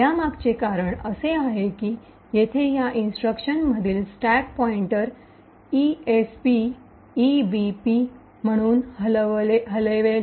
यामागचे कारण असे आहे की येथे या इन्स्ट्रक्शनमधील स्टॅक पॉईंटर esp ebp म्हणून हलवेल